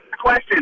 question